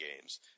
games